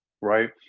Right